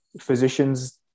physicians